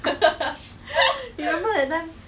cause